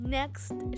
next